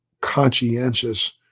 conscientious